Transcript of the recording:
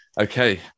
Okay